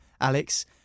Alex